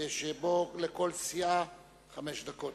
שבו לכל סיעה חמש דקות.